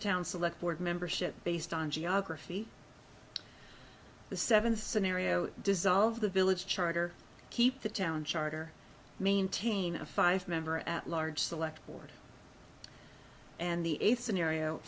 town select board membership based on geography the seven scenario dissolve the village charter keep the town charter maintain a five member at large select board and the eighth scenario